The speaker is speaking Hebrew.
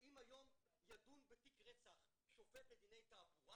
אם היום ידון בתיק רצח שופט לדיני תעבורה,